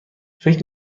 فکر